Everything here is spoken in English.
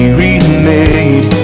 remade